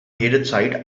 jederzeit